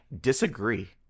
Disagree